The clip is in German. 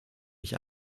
mich